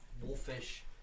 wolfish